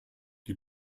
die